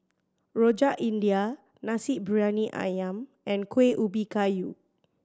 Rojak India Nasi Briyani Ayam and Kuih Ubi Kayu